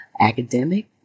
academic